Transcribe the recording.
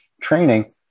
training